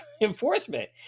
enforcement